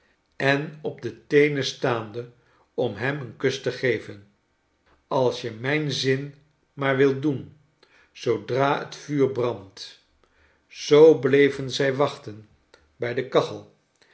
en op de teenen staande om hem een kus te geven als je mijn zin maar wilt doen zoodra het vuur brandt zoo bleven zij wachten bij de kachel